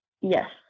Yes